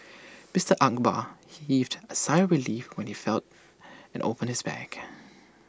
Mister Akbar heaved A sigh of relief when he felt and opened his bag